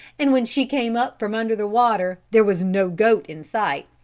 and when she came up from under the water there was no goat in sight.